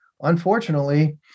Unfortunately